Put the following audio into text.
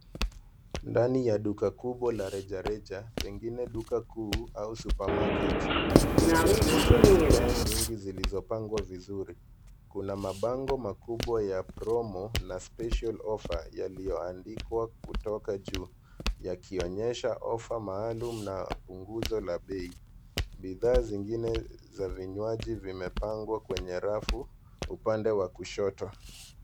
Ndani ya duka kubwa la rejareja pengine duka kuu au supermarket likionyesha bidhaa nyingi zilizopangwa vizuri. Kuna mabango makubwa ya promo na special offer yaliyoandikwa kutoka juu yakionyesha offer maalum na nguzo la bie. Bidhaa zingine za vinywaji zimepangwa kwenye rafu upande wa kushoto.